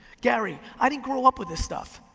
gary, i didn't grow up with this stuff.